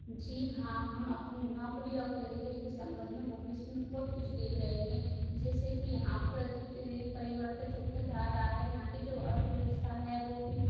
जी हाँ हम अपनी नौकरी और कैरियर के संबंध में भविष्य में बहुत कुछ देख रहे हैं जैसे कि यहाँ पर प्रतिदिन परिवर्तित होता जा रहा है यहाँ के जो अर्थव्यवस्था है वो भी